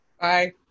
Bye